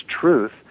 truth